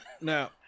Now